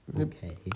okay